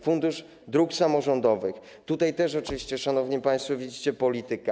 Fundusz Dróg Samorządowych - tutaj też oczywiście, szanowni państwo, widzicie politykę.